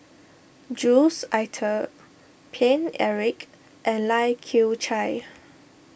Jules Itier Paine Eric and Lai Kew Chai